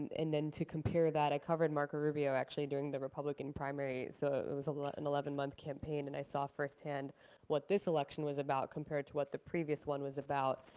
and then to compare that, i covered marco rubio actually during the republican primaries, so it was an and eleven month campaign. and i saw firsthand what this election was about compared to what the previous one was about,